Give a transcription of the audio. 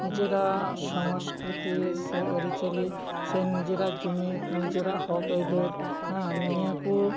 ᱱᱤᱡᱮᱨᱟᱜ ᱥᱚᱝᱥᱠᱨᱤᱛᱤ ᱥᱮ ᱟᱹᱨᱤ ᱪᱟᱹᱞᱤ ᱥᱮ ᱱᱤᱡᱮᱨᱟᱜ ᱡᱩᱢᱤᱫ ᱱᱤᱡᱮᱨᱟᱜ ᱦᱚ ᱟᱹᱭᱫᱟᱹᱨ ᱦᱮᱸ ᱱᱤᱭᱟᱹ ᱠᱚ